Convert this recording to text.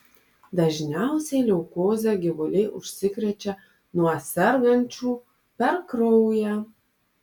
dažniausiai leukoze gyvuliai užsikrečia nuo sergančių per kraują